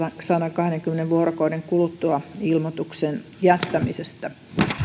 sadankahdenkymmenen vuorokauden kuluttua ilmoituksen jättämisestä